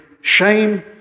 shame